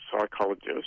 psychologists